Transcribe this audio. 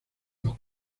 los